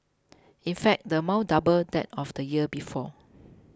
in fact the amount doubled that of the year before